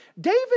David